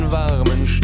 warmen